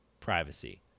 privacy